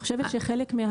יושב ראש הוועדה,